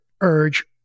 urge